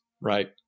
right